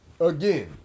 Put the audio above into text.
again